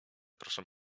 proszę